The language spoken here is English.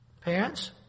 Parents